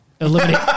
Eliminate